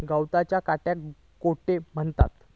गवताच्या काट्याक काटो म्हणतत